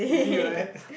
easy what